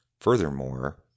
Furthermore